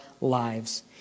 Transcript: lives